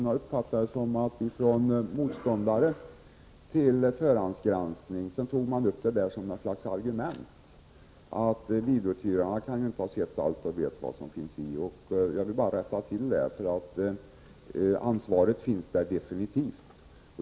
Jag uppfattade det som att motståndarna till förhandsgranskningen tog upp det som något slags argument för att videouthyrarna inte kan ha sett allt och inte kan veta vad som filmen innehåller. Jag ville alltså rätta till detta. Så ansvaret finns där definitivt.